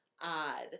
odd